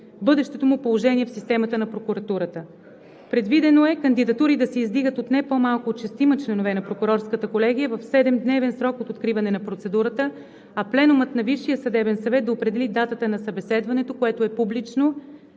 бъдещото му положение в системата на Прокуратурата. Предвидено е кандидатурите да се издигат от не по-малко от шестима членове на Прокурорската колегия в 7-дневен срок от откриването на процедурата, а Пленумът на Висшия съдебен съвет да определи датата на събеседването, което е публично,